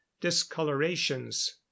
discolorations